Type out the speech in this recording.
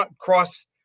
cross